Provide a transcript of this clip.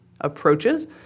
approaches